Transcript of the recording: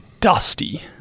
Dusty